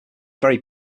very